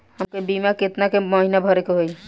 हमके बीमा केतना के महीना भरे के होई?